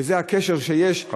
וזה הקשר שיש,